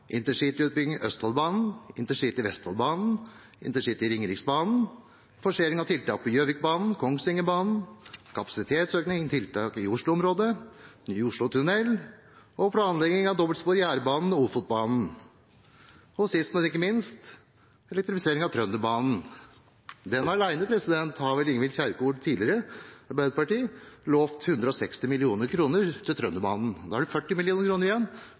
intercityutbygging Østfoldbanen, intercity Vestfoldbanen, intercity Ringeriksbanen, forsering av tiltak på Gjøvikbanen, Kongsvingerbanen, kapasitetsøkning til tiltak i Oslo-området, ny Oslo-tunnel, planlegging av dobbeltspor på Jærbanen og Ofotbanen og sist, men ikke minst, elektrifisering av Trønderbanen. Den alene har vel Ingvild Kjerkol, Arbeiderpartiet, tidligere lovt 160 mill. kr til. Nå er det 40 mill. kr igjen